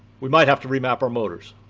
we might have to remap our motors.